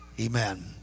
Amen